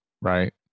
right